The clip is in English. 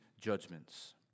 judgments